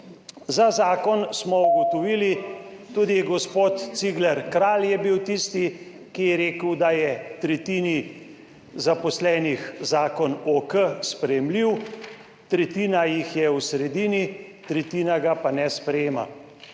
za konec razprave/ tudi gospod Cigler Kralj je bil tisti, ki je rekel, da je tretjini zaposlenih zakon OK sprejemljiv, tretjina jih je v sredini, tretjina ga pa ne sprejema.